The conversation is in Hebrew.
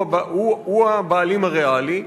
הוא הבעלים הריאלי,